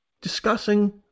discussing